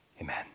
amen